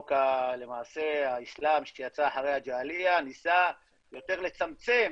למעשה האיסלם שיצא אחרי הג'הלייה ניסה יותר לצמצם